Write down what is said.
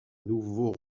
nouveau